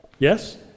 Yes